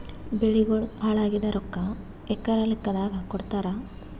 ಬೆಳಿಗೋಳ ಹಾಳಾಗಿದ ರೊಕ್ಕಾ ಎಕರ ಲೆಕ್ಕಾದಾಗ ಕೊಡುತ್ತಾರ?